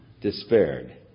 despaired